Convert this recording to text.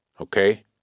okay